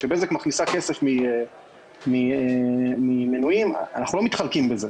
כשבזק מכניסה כסף ממנויים אנחנו לא מתחלקים בזה,